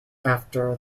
after